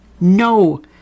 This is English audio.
no